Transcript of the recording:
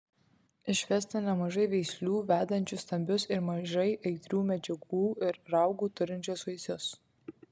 išvesta nemažai veislių vedančių stambius ir mažai aitrių medžiagų ir raugų turinčius vaisius